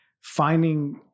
finding